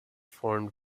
formed